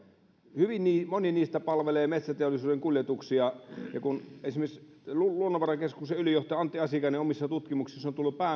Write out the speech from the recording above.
hyvin moni niistä palvelee metsäteollisuuden kuljetuksia esimerkiksi luonnonvarakeskuksen ylijohtaja antti asikainen omissa tutkimuksissaan on tullut